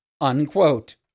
unquote